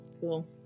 cool